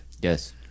Yes